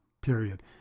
Period